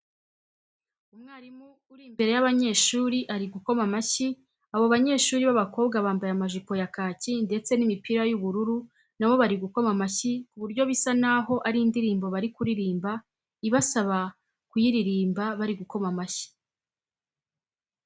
Umwarimu uri imbere y'abanyeshuri ari gukoma amashyi, abo banyeshuri b'abakobwa bambaye amajipo ya kaki ndetse n'imipira y'ubururu na bo bari gukoma amashyi ku buryo bisa n'aho ari indirimbo bari kuririmba ibasaba kuryiririmba bari gukoma amashyi